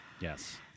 yes